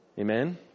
Amen